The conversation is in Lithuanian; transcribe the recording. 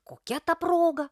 kokia ta proga